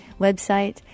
website